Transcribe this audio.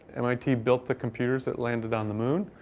mit built the computers that landed on the moon.